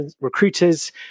recruiters